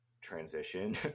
transition